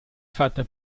fatta